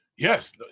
Yes